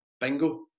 bingo